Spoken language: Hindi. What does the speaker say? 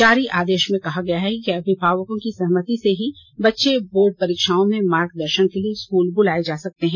जारी आदेश में कहा गया है कि अभिभावकों की सहमति से ही बच्चे बोर्ड परीक्षाओं में मार्गदर्शन के लिए स्कूल बुलाए जा सकते हैं